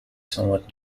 somewhat